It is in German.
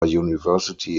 university